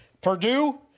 Purdue